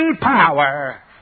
power